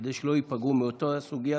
כדי שלא ייפגעו מאותה סוגיה